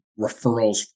referrals